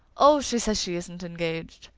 oh, she says she isn't engaged.